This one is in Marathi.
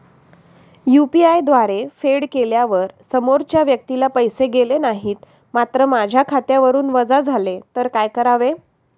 यु.पी.आय द्वारे फेड केल्यावर समोरच्या व्यक्तीला पैसे गेले नाहीत मात्र माझ्या खात्यावरून वजा झाले तर काय करावे?